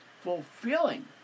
fulfilling